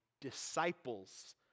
disciples